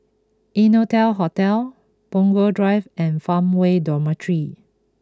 Innotel Hotel Punggol Drive and Farmway Dormitory